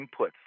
inputs